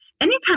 Anytime